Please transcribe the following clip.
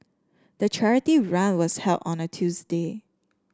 the charity run was held on a Tuesday